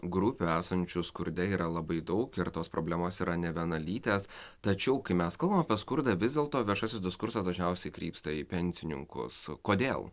grupių esančių skurde yra labai daug ir tos problemos yra nevienalytės tačiau kai mes kalbam apie skurdą vis dėl to viešasis diskursas dažniausiai krypsta į pensininkus kodėl